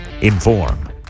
inform